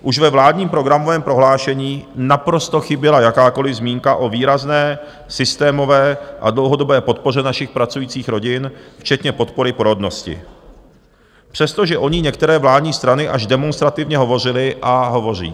Už ve vládním programovém prohlášení naprosto chyběla jakákoli zmínka o výrazné systémové a dlouhodobé podpoře našich pracujících rodin včetně podpory porodnosti, přestože o ní některé vládní strany až demonstrativně hovořily a hovoří.